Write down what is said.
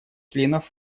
членов